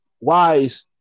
Wise